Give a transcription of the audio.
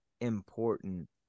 important